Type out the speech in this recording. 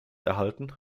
erhalten